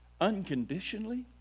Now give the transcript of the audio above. unconditionally